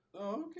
Okay